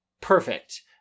perfect